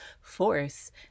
force